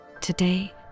Today